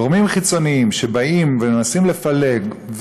גורמים חיצוניים שבאים ומנסים לפלג,